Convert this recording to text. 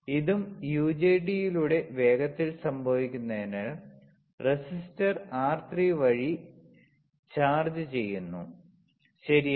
ഇതും യുജെടിയിലൂടെ വേഗത്തിൽ സംഭവിക്കുന്നതിനാൽ റെസിസ്റ്റർ R3 വഴി ചാർജ് ചെയ്യുന്നു ശരിയാണ്